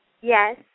Yes